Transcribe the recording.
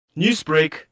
Newsbreak